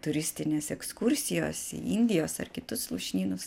turistinės ekskursijos į indijos ar kitus lūšnynus